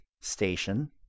station